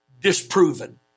disproven